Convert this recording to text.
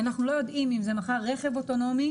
אנחנו לא יודעים אם זה מחר רכב אוטונומי,